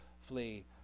flee